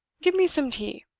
give me some tea.